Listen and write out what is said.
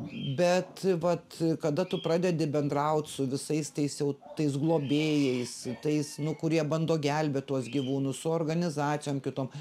bet vat kada tu pradedi bendraut su visais tais jau tais globėjais tais nu kurie bando gelbėt tuos gyvūnus su organizacijom kitom